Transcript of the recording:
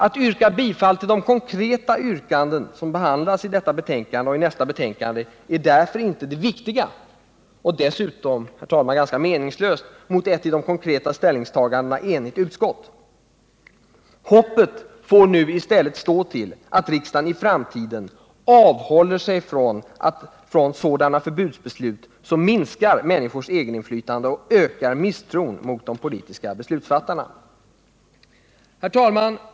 Att yrka bifall till de konkreta yrkanden som behandlas i detta betänkande och i nästa betänkande är därför inte det viktiga och dessutom, herr talman, ganska meningslöst möt ett i de konkreta ställningstagandena enigt utskott. Hoppet får nu i stället stå till att riksdagen i framtiden avhåller sig från sådana förbudsbeslut som minskar människors egeninflytande och ökar misstron mot de politiska beslutsfattarna. Herr talman!